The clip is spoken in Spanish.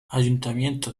ayuntamiento